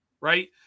right